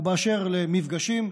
ואשר למפגשים,